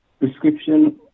prescription